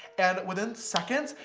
and within seconds,